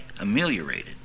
ameliorated